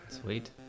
Sweet